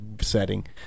setting